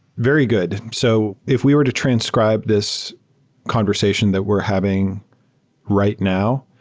very good. so if we were to transcribe this conversation that we're having right now,